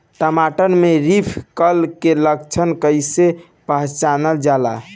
टमाटर में leaf curl के लक्षण कइसे पहचानल जाला?